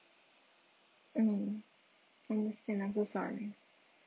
mm understand I'm so sorry